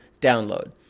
download